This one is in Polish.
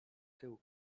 tył